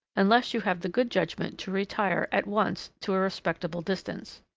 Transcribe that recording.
unless you have the good judgment to retire at once to a respectful distance.